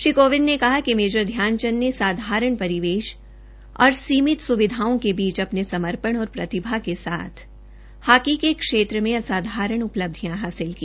श्री कोविंद ने कहा कि मेजर ध्यानचंद ने साधारण परिवेश और सीमित सुविधाओं के बीच अपने समर्पण और प्रतिभा के साथ हॉकी के क्षेत्र में असाधारण उपलब्धियां हासिल की